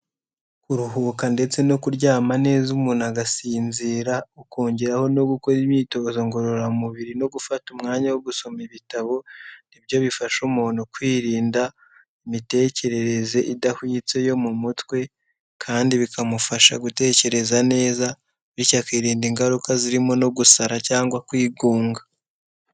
Kuruhuka ndetse no kuryama neza umuntu agasinzira, ukongeraho no gukora imyitozo ngororamubiri no gufata umwanya wo gusoma ibitabo, ni byo bifasha umuntu kwirinda imitekerereze idahwitse yo mu mutwe, kandi bikamufasha gutekereza neza, bityo akirinda ingaruka zirimo no gusara cyangwa kwigunga.